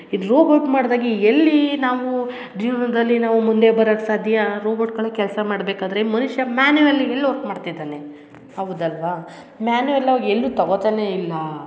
ಈ ರೋಬೊಟ್ ಮಾಡಿದಾಗೆ ಎಲ್ಲಿ ನಾವು ಜೀವನದಲ್ಲಿ ನಾವು ಮುಂದೆ ಬರಕ್ಕೆ ಸಾಧ್ಯ ರೋಬಟ್ಗಳೇ ಕೆಲಸ ಮಾಡಬೇಕಾದ್ರೆ ಮನುಷ್ಯ ಮ್ಯಾನವಲ್ಲಿಗೆ ಎಲ್ಲಿ ವರ್ಕ್ ಮಾಡ್ತಿದ್ದಾನೆ ಹೌದ್ ಅಲ್ಲವಾ ಮ್ಯಾನ್ವಲ್ ಆಗಿ ಎಲ್ಲೂ ತಗೋತಾನೆ ಇಲ್ಲ